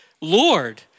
Lord